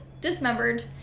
dismembered